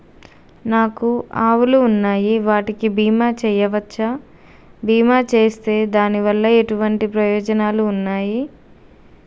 నాకు ఆవులు ఉన్నాయి వాటికి బీమా చెయ్యవచ్చా? బీమా చేస్తే దాని వల్ల ఎటువంటి ప్రయోజనాలు ఉన్నాయి?